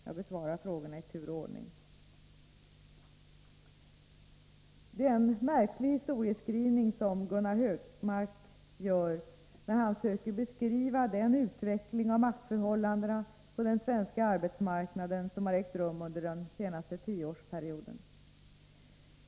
Jag besvarar frågorna i tur och ordning. Det är en märklig historieskrivning som Gunnar Hökmark gör när han söker beskriva den utveckling av maktförhållandena på den svenska arbetsmarknaden som har ägt rum under den senaste tioårsperioden.